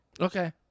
okay